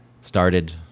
started